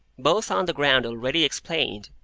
both on the ground already explained,